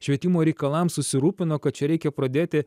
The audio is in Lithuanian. švietimo reikalams susirūpino kad čia reikia pradėti